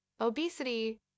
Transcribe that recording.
obesity